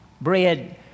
Bread